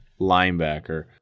linebacker